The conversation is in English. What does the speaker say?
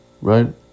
right